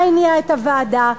מה הניע את הוועדה?